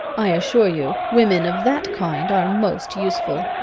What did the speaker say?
i assure you, women of that kind are most useful.